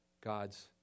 God's